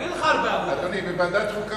זה קצת מאוחר להעלות את הסוגיה הזאת עכשיו.